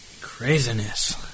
Craziness